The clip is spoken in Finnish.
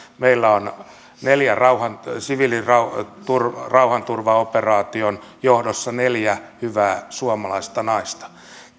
meillä on neljän siviilirauhanturvaoperaation johdossa neljä hyvää suomalaista naista